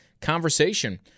conversation